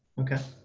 okay.